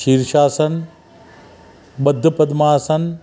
शीर्षासन बद्ध पद्मासन